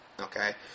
Okay